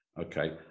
okay